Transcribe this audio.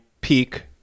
peak